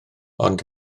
ond